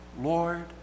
Lord